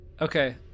Okay